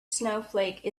snowflake